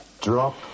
Drop